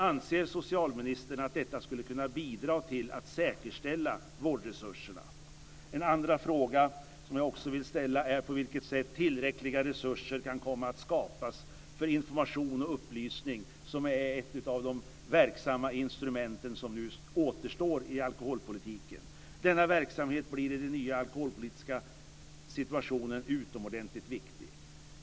Anser socialministern att detta skulle kunna bidra till att säkerställa vårdresurserna? En andra fråga som jag också vill ställa gäller på vilket sätt tillräckliga resurser kan skapas för information och upplysning, vilket är ett av de verksamma instrument som nu återstår i alkoholpolitiken. Denna verksamhet blir i den nya alkoholpolitiska situationen utomordentligt viktig.